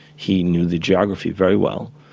he knew the geography very well.